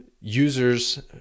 users